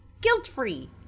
guilt-free